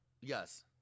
Yes